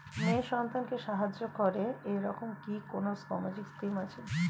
মেয়ে সন্তানকে সাহায্য করে এরকম কি কোনো সামাজিক স্কিম আছে?